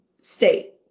State